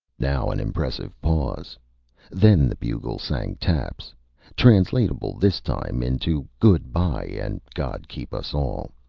now an impressive pause then the bugle sang taps translatable, this time, into good-bye, and god keep us all!